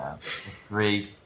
Three